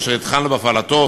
אשר התחלנו בהפעלתו